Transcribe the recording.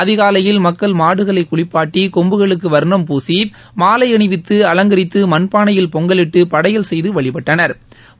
அதிகாலையில் மக்கள் மாடுகளை குளிப்பாட்டி கொம்புகளுக்கு வா்ணம்பூசி மாலை அணிவித்து அலங்கரித்து மண்பானையில் பொங்கலிட்டு படையல் செய்து வழிபட்டனா்